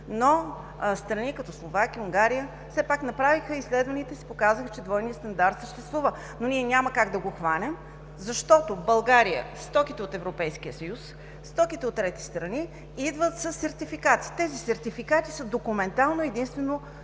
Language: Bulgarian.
но страни като Словакия, Унгария все пак направиха изследвания и показаха, че двойният стандарт съществува. Ние няма как да го хванем, защото в България стоките от Европейския съюз, стоките от трети страни идват със сертификати. Тези сертификати документално се